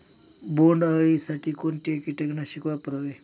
बोंडअळी साठी कोणते किटकनाशक वापरावे?